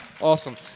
Awesome